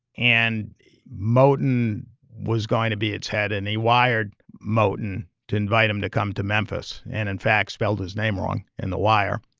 and moton was going to be its head. and he wired moton to invite him to come to memphis and, in fact, spelled his name wrong in the wire.